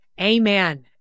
Amen